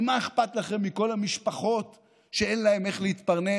מה אכפת לכם מכל המשפחות שאין להן איך להתפרנס?